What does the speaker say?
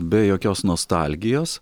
be jokios nostalgijos